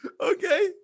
Okay